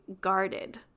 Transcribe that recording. guarded